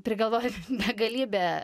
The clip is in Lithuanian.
prigalvoję begalybę